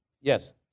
Yes